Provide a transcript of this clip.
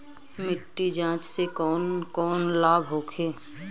मिट्टी जाँच से कौन कौनलाभ होखे?